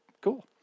cool